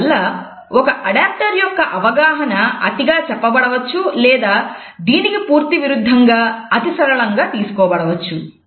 adapters యొక్క అవగాహన అతిగా చెప్పబడవచ్చు లేదా దీనికి పూర్తి విరుద్ధంగా అతి సరళంగా తీసుకొనబడవచ్చు